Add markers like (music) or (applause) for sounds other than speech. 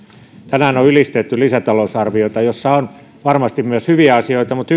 tänään on ylistetty lisätalousarviota jossa on varmasti myös hyviä asioita mutta (unintelligible)